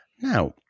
Now